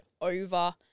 over